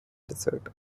desert